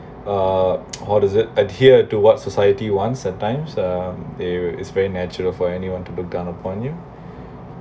uh how does it adhere to what society wants at times uh they is very natural for anyone to look down upon you